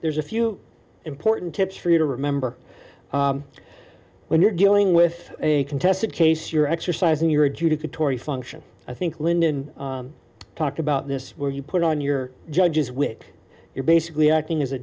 there's a few important tips for you to remember when you're dealing with a contested case you're exercising your adjudicatory function i think lyndon talked about this where you put on your judges which you're basically acting as a